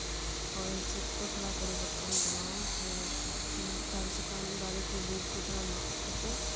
ᱦᱚᱭᱦᱤᱥᱤᱫ ᱫᱚ ᱛᱷᱚᱲᱟ ᱯᱚᱨᱤᱵᱚᱨᱛᱚᱱ ᱟᱠᱟᱱᱟ ᱥᱮ ᱫᱟᱨᱮ ᱥᱟᱠᱟᱢ ᱫᱟᱨᱮᱠᱩ ᱵᱤᱨᱠᱩ ᱛᱷᱚᱲᱟ ᱢᱟᱜ ᱠᱟᱛᱮᱜ